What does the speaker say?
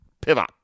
Pivot